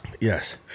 Yes